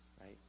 right